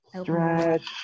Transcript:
Stretch